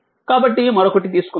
కాబట్టి మరొకటి తీసుకుందాం